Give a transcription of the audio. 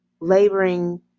laboring